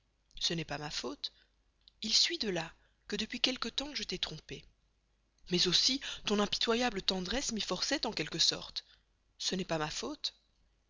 ce n'est pas ma faute il suit de là que depuis quelque temps je t'ai trompée mais aussi ton impitoyable tendresse m'y forçait en quelque sorte ce n'est pas ma faute